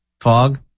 Fog